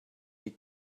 die